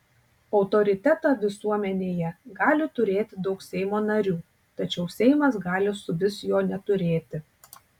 autoritetą visuomenėje gali turėti daug seimo narių tačiau seimas gali suvis jo neturėti